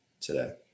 today